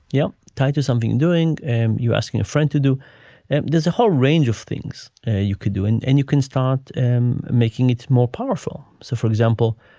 you know, tied to something doing and you asking a friend to do that. there's a whole range of things you could do and and you can start and making it more powerful. so, for example,